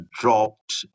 dropped